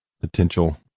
potential